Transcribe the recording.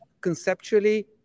conceptually